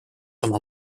oma